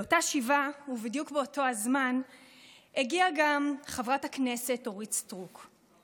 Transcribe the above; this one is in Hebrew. לאותה שבעה ובדיוק באותו הזמן הגיעה גם חברת הכנסת אורית סטרוק.